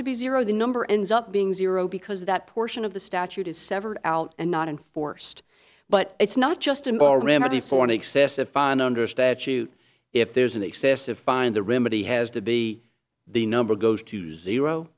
to be zero the number ends up being zero because that portion of the statute is severed out and not enforced but it's not just in bar remedy for an excessive fine under statute if there's an excessive fine the remedy has to be the number goes to zero